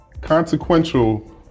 consequential